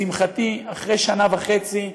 לשמחתי, אחרי שנה וחצי,